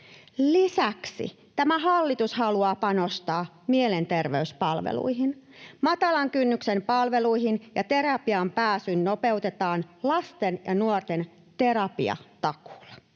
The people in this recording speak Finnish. Lisäksi tämä hallitus haluaa panostaa mielenterveyspalveluihin. Matalan kynnyksen palveluihin ja terapiaan pääsyä nopeutetaan lasten ja nuorten terapiatakuulla.